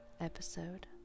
episode